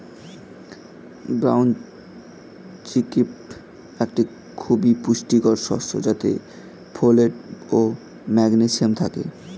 brown chickpea একটি খুবই পুষ্টিকর শস্য যাতে ফোলেট ও ম্যাগনেসিয়াম থাকে